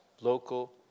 local